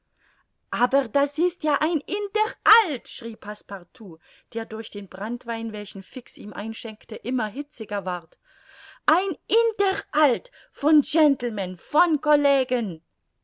aber das ist ja ein hinterhalt schrie passepartout der durch den branntwein welchen fix ihm einschenkte immer hitziger ward ein hinterhalt von gentlemen von